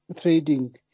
trading